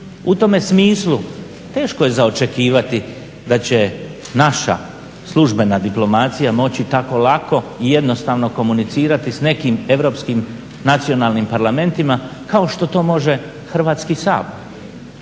U tome smislu teško je za očekivati da će naša službena diplomacija moći tako lako i jednostavno komunicirati s nekim europskim nacionalnim parlamentima kao što to može Hrvatski sabor.